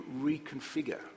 reconfigure